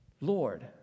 Lord